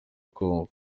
kumva